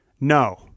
No